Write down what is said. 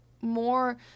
more